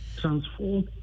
transform